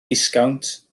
disgownt